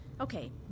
Okay